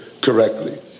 correctly